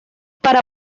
para